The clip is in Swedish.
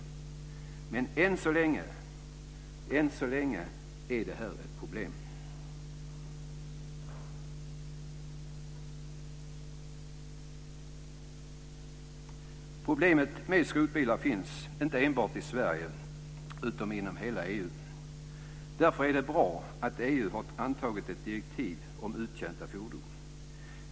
Men än så länge är det här ett problem. Problemet med skrotbilar finns inte enbart i Sverige utan inom hela EU. Därför är det bra att EU har antagit ett direktiv om uttjänta fordon.